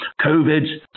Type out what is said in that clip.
COVID